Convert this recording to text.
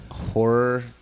Horror